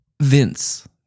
Vince